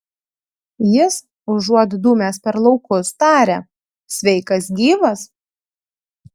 jis užuot dūmęs per laukus taria sveikas gyvas